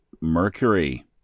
mercury